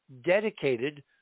dedicated